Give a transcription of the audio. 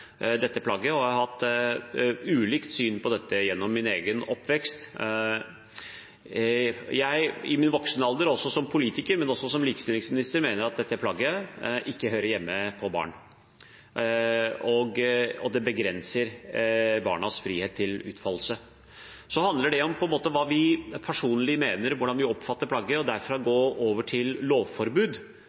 dette plagget og har hatt ulikt syn på dette gjennom min egen oppvekst. I voksen alder, og også som politiker og likestillingsminister, mener jeg at dette plagget ikke hører hjemme på barn. Det begrenser barnas frihet til utfoldelse. Det handler på en måte om hva vi personlig mener og hvordan vi oppfatter plagget. Derfra å gå over til lovforbud